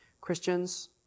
Christians